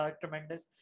tremendous